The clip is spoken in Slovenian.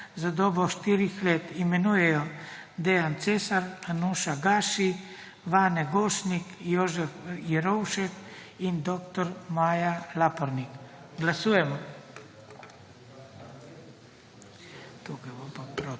za dobo štirih let imenujejo Dejan Cesar, Anuša Gaši, Vane Gošnik, Jožef Jerovšek in dr. Maja Laprnik. Glasujemo. Navzočih